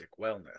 wellness